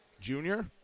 Junior